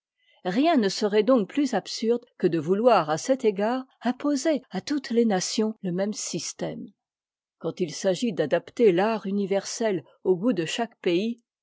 rien ne serait donc plus absurde que de vouloir à cet égard imposer à toutes les nations le même système quand il s'agit d'adapter fart universel au goût de chaque pays